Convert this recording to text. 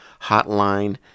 Hotline